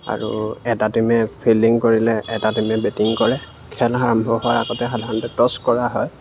আৰু এটা টিমে ফিল্ডিং কৰিলে এটা টিমে বেটিং কৰে খেল আৰম্ভ হোৱাৰ আগতে সাধাৰণতে টচ কৰা হয়